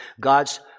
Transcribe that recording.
God's